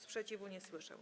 Sprzeciwu nie słyszę.